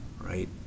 right